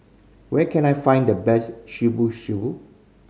where can I find the best Shibu Shibu